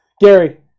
Gary